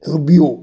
Rubio